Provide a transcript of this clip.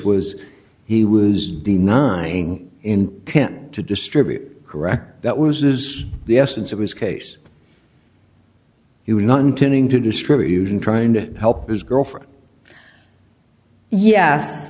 was he was denying in ten to distribute correct that was is the essence of his case he was not intending to distribute and trying to help his girlfriend ye